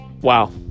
wow